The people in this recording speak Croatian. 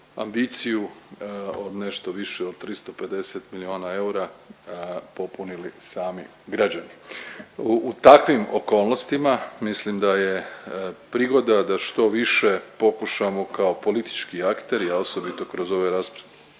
ambiciju od nešto više od 350 milijona eura popunili sami građani. U takvim okolnostima mislim da je prigoda da što više pokušamo kao politički akteri, a osobito kroz ove rasprave